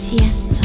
yes